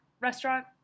restaurant